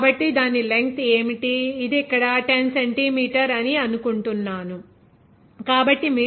కాబట్టి దాని లెంగ్త్ ఏమిటి ఇది ఇక్కడ 10 సెంటీమీటర్ అని అనుకుంటున్నాను కాబట్టి మీటర్ ఎలా ఉంటుంది 0